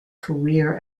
career